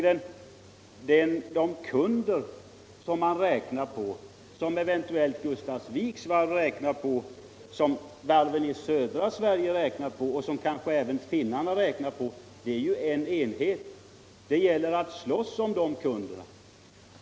Det antal kunder som eventuellt Gustafsvik räknar på, som varven i östra Sverige räknar på och som kanske även finnarna räknar på är begränsat. Det gäller att slåss om de kunderna.